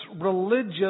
religious